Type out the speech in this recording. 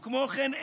וכמו כן,